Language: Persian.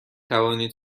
توانید